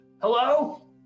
Hello